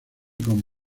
con